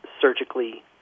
surgically